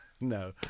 no